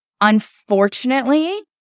Unfortunately